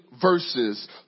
verses